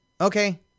okay